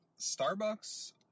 Starbucks